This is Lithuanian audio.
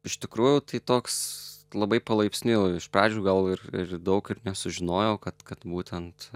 iš tikrųjų tai toks labai palaipsniui iš pradžių gal ir ir daug ir nesužinojau kad kad būtent